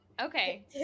Okay